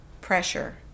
Pressure